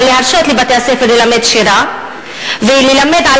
אבל להרשות לבתי-הספר ללמד שירה וללמד על